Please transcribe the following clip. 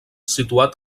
situat